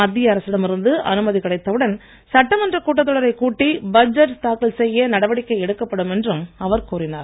மத்திய அரசிடம் இருந்து அனுமதி கிடைத்தவுடன் சட்டமன்ற கூட்டத்தொடரைக் கூட்டி பட்ஜெட் தாக்கல் செய்ய நடவடிக்கை எடுக்கப்படும் என்றும் அவர் கூறினார்